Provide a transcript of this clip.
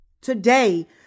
Today